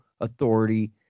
authority